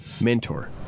Mentor